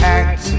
act